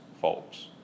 folks